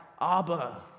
Abba